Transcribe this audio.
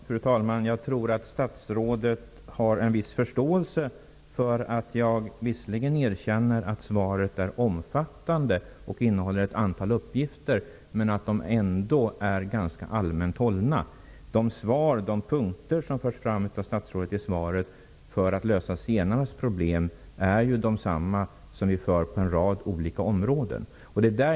Fru talman! Jag tror att statsrådet har en viss förståelse för att jag, trots att jag erkänner att svaret är omfattande och innehåller ett antal uppgifter, ändå tycker att det är ganska allmänt hållet. De punkter som förs fram i svaret av statsrådet för att lösa zigenarnas problem är ju desamma som gäller för en rad olika områden.